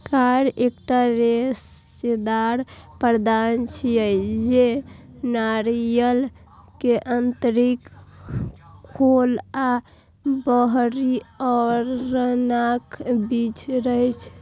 coir एकटा रेशेदार पदार्थ छियै, जे नारियल के आंतरिक खोल आ बाहरी आवरणक बीच रहै छै